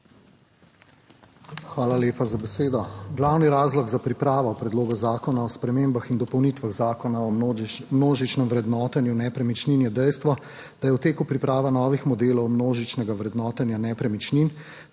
Hvala lepa za besedo. Glavni razlog za pripravo Predloga zakona o spremembah in dopolnitvah Zakona o množičnem vrednotenju nepremičnin je dejstvo, da je v teku priprava novih modelov množičnega vrednotenja nepremičnin,